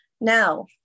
Now